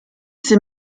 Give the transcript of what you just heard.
ces